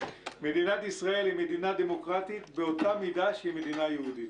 מדינת ישראל היא מדינה דמוקרטית באותה מידה שהיא מדינה יהודית.